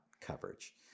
coverage